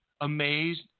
amazed